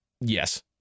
Yes